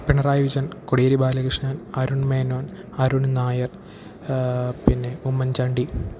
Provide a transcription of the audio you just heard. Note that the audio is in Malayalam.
പിണറായി വിജൻ കോടിയേരി ബാലകൃഷ്ണൻ അരുൺ മേനോൻ അരുണ് നായർ പിന്നെ ഉമ്മൻചാണ്ടി